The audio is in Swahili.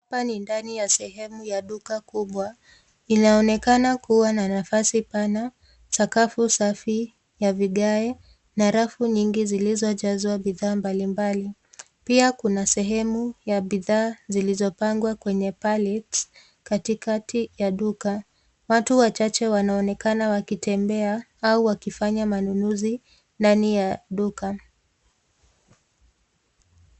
Hapa ni ndani ya sehemu ya duka kubwa. Inaonekana kuwa na nafasi kubwa, sakafu safi ya vigae na rafu nyingi zilizojazwa bidhaa mbalimbali. Pia kuna sehemu ya bidhaa zilizopangwa kwenye palletes katikati ya duka. Watu wachache wanaonekana wakitembea au wakifanya manunuzi ndani ya duka.